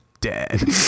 dead